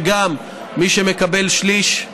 גם מי שמקבל שליש,